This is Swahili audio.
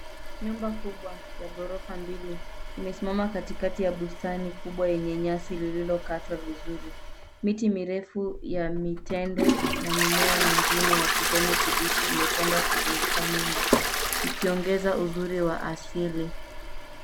Nyumba kubwa ya ghorofa mbili imesimama katikati ya bustani kubwa yenye nyasi lililokatwa vizuri. Miti mirefu ya mitende na mimea mingine ya kijani kibichi imepandwa kuzunguka nyumba, ikiongeza uzuri wa asili.